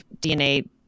DNA